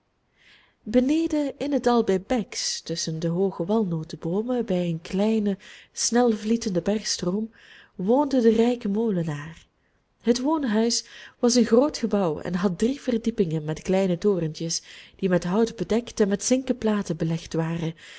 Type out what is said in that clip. beneden in het dal bij bex tusschen de hooge walnoteboomen bij een kleinen snelvlietenden bergstroom woonde de rijke molenaar het woonhuis was een groot gebouw en had drie verdiepingen met kleine torentjes die met hout bedekt en met zinken platen belegd waren